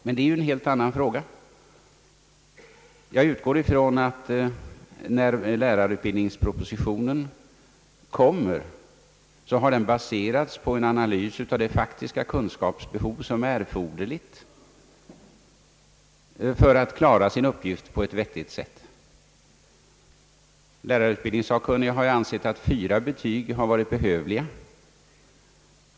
Men det är ju en helt annan fråga. Jag utgår ifrån att när lärarutbildningspropositionen kommer den har baserats på en analys av det faktiska kunskapsbehov som är erforderligt för alt en lärare skall kunna klara sin uppgift på vettigt sätt. Lärarutbildningssakkunniga har ansett att fyra betyg har varit behövliga.